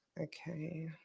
Okay